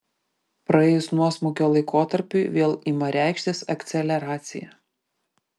praėjus nuosmukio laikotarpiui vėl ima reikštis akceleracija